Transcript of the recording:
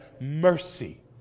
mercy